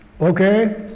okay